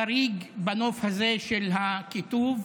חריג בנוף הזה של הקיטוב.